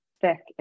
thick